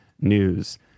News